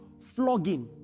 flogging